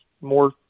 more